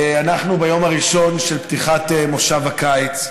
אנחנו ביום הראשון של פתיחת מושב הקיץ,